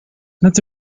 lots